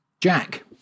Jack